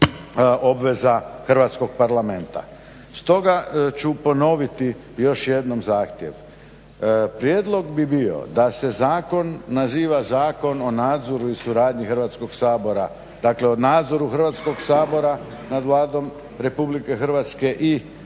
obveza Hrvatskog parlamenta. Stoga ću ponoviti još jednom zahtjev. Prijedlog bi bio da se zakon naziva zakon o nadzoru i suradnji Hrvatskoga sabora, dakle, o nadzoru Hrvatskoga sabora nad Vladom Republike Hrvatske i o